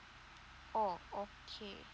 oh okay